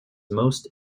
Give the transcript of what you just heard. most